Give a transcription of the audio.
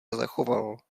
zachoval